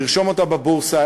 לרשום אותה בבורסה,